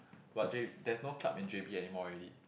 but J there's no club in j_b anymore already